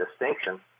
distinction